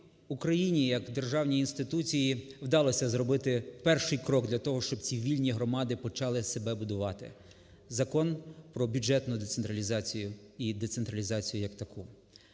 Україні як державній інституції вдалося зробити перший крок для того, щоб ці вільні громади почали себе будувати, – Закон про бюджетну децентралізацію і децентралізацію як таку.